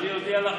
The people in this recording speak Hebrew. אני אודיע לך.